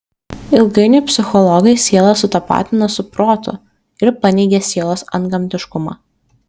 ilgainiui psichologai sielą sutapatino su protu ir paneigė sielos antgamtiškumą